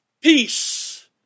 peace